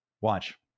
Watch